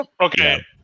Okay